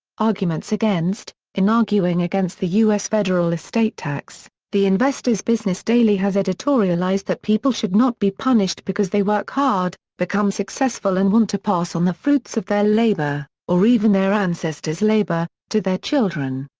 arguments against in arguing against the u s. federal estate tax, the investor's business daily has editorialized that people should not be punished because they work hard, become successful and want to pass on the fruits of their labor, or even their ancestors' labor, to their children.